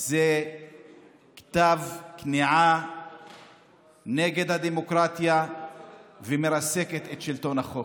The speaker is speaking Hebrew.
הוא כתב כניעה נגד הדמוקרטיה שמרסק את שלטון החוק.